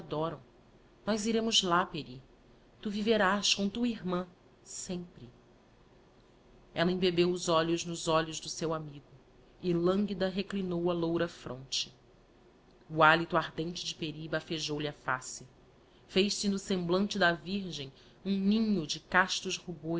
adoram nós iremos lá pery tu viverás com tua irmã sempre i ella embebeu os olhos nos olhos do seu amigo e languida reclinou a loura fronte o hálito ardente de pery bafejou lhe a face pez se no semblante da virgem um ninho de castos